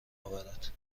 آورد